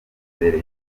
mbere